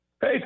Hey